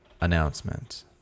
announcement